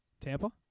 Tampa